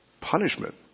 punishment